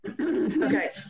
okay